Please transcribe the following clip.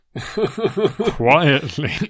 quietly